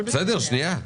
תנו לה.